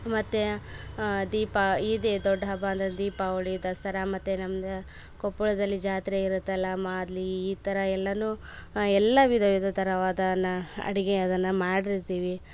ಮತ್ತು ದೀಪ ಇದೇ ದೊಡ್ಡ ಹಬ್ಬ ಅಂದರೆ ದೀಪಾವಳಿ ದಸರಾ ಮತ್ತು ನಮ್ಮದು ಕೊಪ್ಪಳದಲ್ಲಿ ಜಾತ್ರೆ ಇರುತ್ತಲ್ಲ ಮಾದ್ಲಿ ಈ ಥರ ಎಲ್ಲನು ಎಲ್ಲ ವಿಧ ವಿಧ ಥರವಾದಾನ ಅಡಿಗೆ ಅದನ್ನ ಮಾಡಿರ್ತೀವಿ